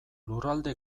lurralde